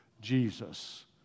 Jesus